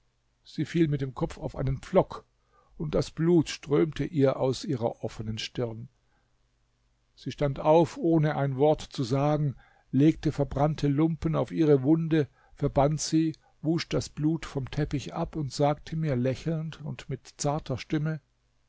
sie fiel mit dem kopf auf einen pflock und das blut strömte aus ihrer offenen stirn sie stand auf ohne ein wort zu sagen legte verbrannte lumpen auf ihre wunde verband sie wusch das blut vom teppich ab und sagte mir lächelnd und mit zarter stimme